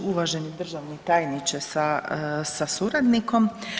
Uvaženi državni tajniče sa suradnikom.